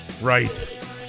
Right